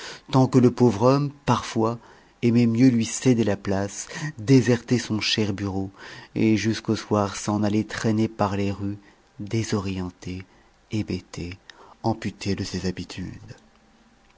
tant que le pauvre homme parfois aimait mieux lui céder la place déserter son cher bureau et jusqu'au soir s'en aller traîner par les rues désorienté hébété amputé de ses habitudes